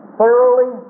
thoroughly